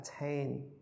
attain